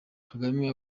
kagame